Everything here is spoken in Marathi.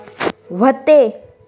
व्हते